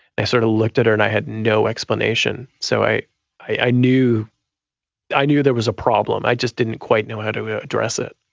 i sort of looked at her, and i had no explanation, so i i knew i knew there was a problem, i just didn't quite know how to ah address it.